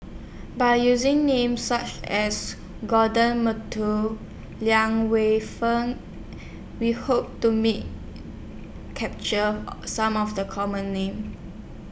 By using Names such as Gordon Liang Weifun We Hope to Me capture Some of The Common Names